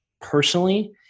personally